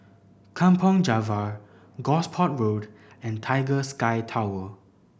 Kampong Java Gosport Road and Tiger Sky Tower